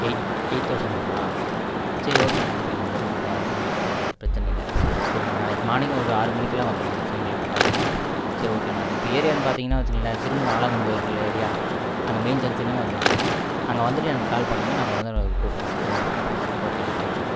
eight eight தௌசண்ட்னுங்களா சரி ஓகேண்ணா ஓகேண்ணா பெனிஃபிட் தான் ஓகே ஒன்றும் தேவயில்லை பிரச்சின இல்லை சரிங்களா நாளைக்கு மார்னிங் ஒரு ஆறு மணிக்குலாம் வந்துருங்க சரிங்களா கரெக்டா இருக்கும் சரி ஓகேண்ணா இப்போ ஏரியான்னு பார்த்தீங்கன்னா வச்சுக்கங்களேன் சிறுமுக ஆலங்கொம்பு இருக்குதுல்ல ஏரியா அங்கே மெயின் ஜங்க்ஷனுக்கு வந்துடுங்க அங்கே வந்துட்டு எனக்கு கால் பண்ணுங்க நாங்கள் வந்து கூப்புடுறோம் சரிங்களா ஓகேண்ணா தேங்க்யூண்ணா